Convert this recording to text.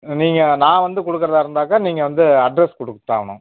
நீங்கள் நான் வந்து கொடுக்கறதா இருந்தாக்கா நீங்கள் வந்து அட்ரஸ் கொடுத்தாகணும்